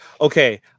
okay